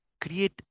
create